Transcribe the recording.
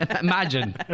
imagine